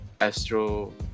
Astro